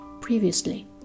previously